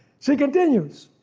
she continues,